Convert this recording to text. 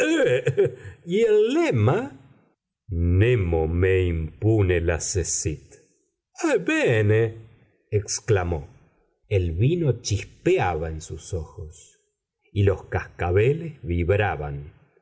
y el lema nemo me impune lacessit bien exclamó el vino chispeaba en sus ojos y los cascabeles vibraban